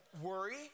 worry